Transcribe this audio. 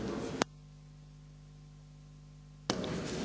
Hvala vam